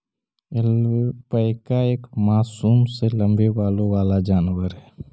alpaca एक मासूम सा लम्बे बालों वाला जानवर है